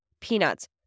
peanuts